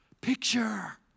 Picture